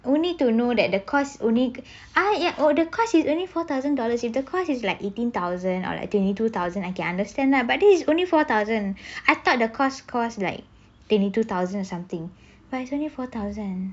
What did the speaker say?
only to know that the course is only ah ya the cost is only four thousand dollars if the course is like eighteen thousand ah like twenty two thousand I can understand lah but this is only four thousand I thought the cost cost like twenty two thousand something but it's only twenty four thousand